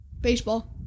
Baseball